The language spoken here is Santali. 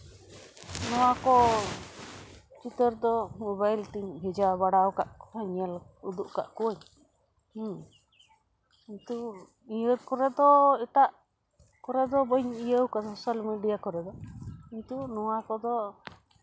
ᱱᱚᱣᱟ ᱠᱚ ᱪᱤᱛᱟᱹᱨ ᱫᱚ ᱢᱳᱵᱟᱭᱤᱞ ᱛᱮᱧ ᱵᱷᱮᱡᱟ ᱵᱟᱲᱟᱣ ᱠᱟᱜ ᱠᱚᱣᱟᱧ ᱧᱮᱞ ᱩᱫᱩᱜ ᱠᱟᱜ ᱠᱚᱣᱟᱧ ᱦᱮᱸ ᱠᱤᱱᱛᱩ ᱱᱤᱭᱟᱹ ᱠᱚᱨᱮ ᱫᱚ ᱮᱴᱟᱜ ᱠᱚᱨᱮ ᱫᱚ ᱵᱟᱹᱧ ᱤᱭᱟᱹᱣ ᱠᱟᱫᱟ ᱥᱳᱥᱟᱞ ᱢᱤᱰᱤᱭᱟ ᱠᱚᱨᱮ ᱫᱚ ᱠᱤᱱᱛᱩ ᱱᱚᱣᱟ ᱠᱚᱫᱚ